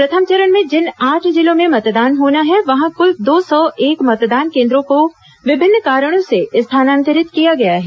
प्रथम चरण में जिन आठ जिलों में मतदान होना है वहां कुल दो सौ एक मतदान केंद्रों को विभिन्न कारणों से स्थानांतरित किया गया है